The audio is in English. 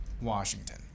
Washington